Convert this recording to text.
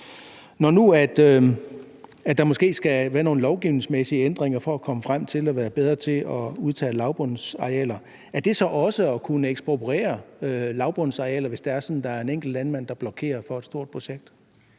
Når nu der måske skal være nogle lovgivningsmæssige ændringer for at komme frem til at være bedre til at udtage lavbundsarealer, indebærer det så også at kunne ekspropriere lavbundsarealer, hvis det er sådan, at der er en enkelt landmand, der blokerer for et stort projekt?